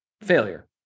failure